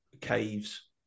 caves